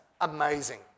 amazing